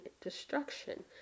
destruction